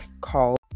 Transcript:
called